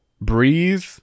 Breathe